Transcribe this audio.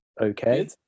okay